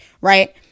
right